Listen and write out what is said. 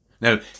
Now